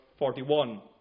41